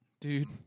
dude